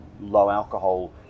low-alcohol